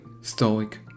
stoic